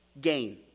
gain